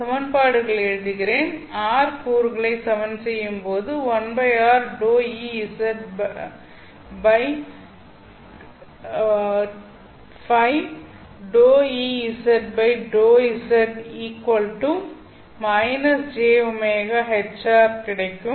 இந்த சமன்பாடுகளை எழுதுகிறேன் r கூறுகளை சமன் செய்யும்போது 1r ∂Ez get Ø ∂EØ ∂z -jωμHr கிடைக்கும்